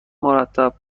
مرتب